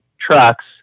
trucks